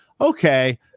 okay